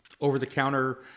over-the-counter